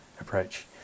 approach